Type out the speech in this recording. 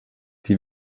die